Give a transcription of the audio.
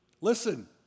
Listen